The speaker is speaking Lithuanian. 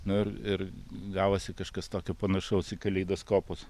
na ir ir gavosi kažkas tokio panašaus į kaleidoskopus